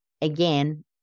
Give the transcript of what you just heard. again